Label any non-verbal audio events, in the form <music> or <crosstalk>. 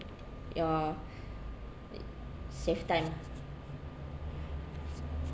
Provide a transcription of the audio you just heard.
ya <noise> save time